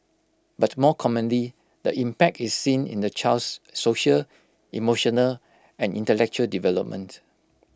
but more commonly the impact is seen in the child's social emotional and intellectual development